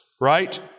right